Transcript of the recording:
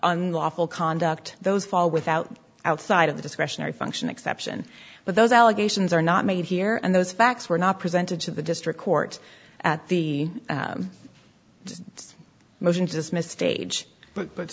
unlawful conduct those fall without outside of the discretionary function exception but those allegations are not made here and those facts were not presented to the district court at the motion to dismiss stage but but